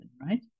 right